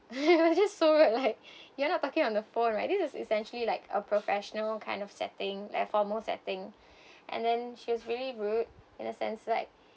just so rude like you're not talking on the phone right this is essentially like a professional kind of setting like a formal setting and then she was really rude in a sense like